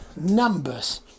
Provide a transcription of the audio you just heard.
numbers